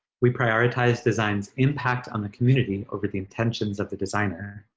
we prioritize design's impact on the community over the intentions of the designer.